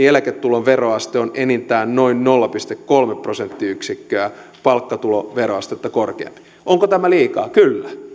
eläketulon veroaste on enintään noin nolla pilkku kolme prosenttiyksikköä palkkatuloveroastetta korkeampi onko tämä liikaa kyllä